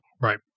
Right